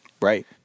right